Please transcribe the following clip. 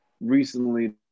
recently